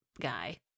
guy